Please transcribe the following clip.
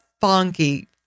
funky